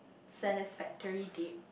satisfactory date